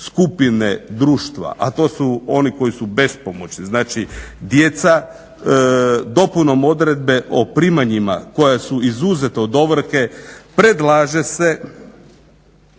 skupine društva, a to su oni koji su bespomoćni znači djeca, dopunom odredbe o primanjima koja su izuzeta od ovrhe predlaže se